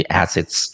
assets